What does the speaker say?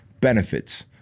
benefits